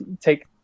take